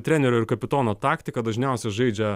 trenerio ir kapitono taktika dažniausiai žaidžia